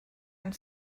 and